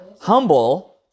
humble